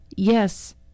Yes